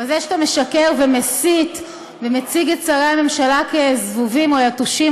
אבל זה שאתה משקר ומסית ומציג את שרי הממשלה כזבובים או יתושים,